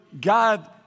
God